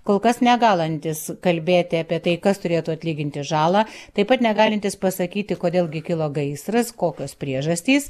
kol kas negalintis kalbėti apie tai kas turėtų atlyginti žalą taip pat negalintis pasakyti kodėl gi kilo gaisras kokios priežastys